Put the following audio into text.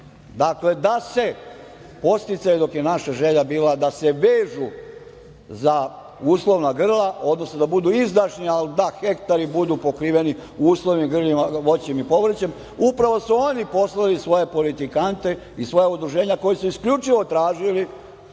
vlast, da se podsticaji, dok je naša želja bila da se vežu za uslovna grla, odnosno da budu izdašni, a da hektari budu pokriveni uslovnim grlima, voćem i povrćem, upravo su oni poslali svoje politikante i svoja udruženja koja su isključivo tražila